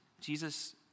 Jesus